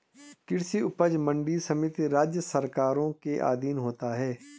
कृषि उपज मंडी समिति राज्य सरकारों के अधीन होता है